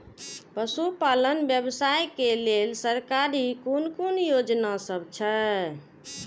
पशु पालन व्यवसाय के लेल सरकारी कुन कुन योजना सब छै?